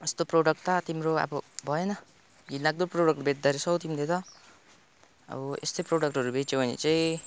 यस्तो प्रडक्ट त तिम्रो अब भएन घिनलाग्दो प्रडक्ट बेच्दोरहेछौ तिमीले त अब यस्तै प्रडक्टहरू बेच्यौ भने चाहिँ